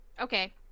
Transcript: Okay